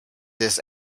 this